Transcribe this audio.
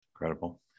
incredible